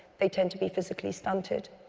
they tend to be physically stunted,